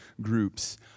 groups